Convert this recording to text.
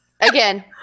Again